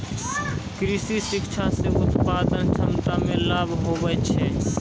कृषि शिक्षा से उत्पादन क्षमता मे लाभ हुवै छै